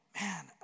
man